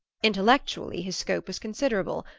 intellectually his scope was considerable,